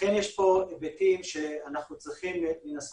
אכן יש פה היבטים שאנחנו צריכים לנסות